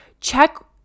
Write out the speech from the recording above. check